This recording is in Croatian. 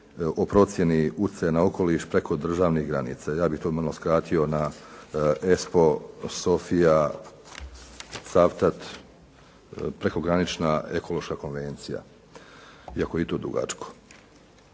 o procjeni utjecaja na okoliš preko državnih granica. Ja bih to malo skratio na Espo, Sofija, Cavtat, prekogranična ekološka konvencija iako je i to dugačko.